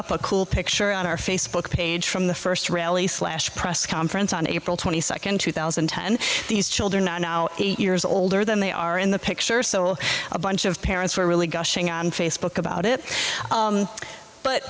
up a cool picture on our facebook page from the first really slash press conference on april twenty second two thousand and ten these children are now eight years older than they are in the picture so a bunch of parents were really gushing on facebook about it